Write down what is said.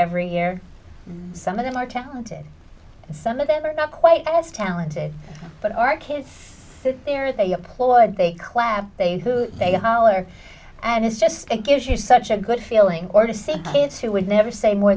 every year some of them are talented and some of them are not quite as talented but our kids sit there they applaud they clap they they holler and it's just it gives you such a good feeling or to see kids who would never say more